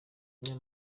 niyo